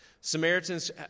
Samaritans